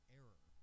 error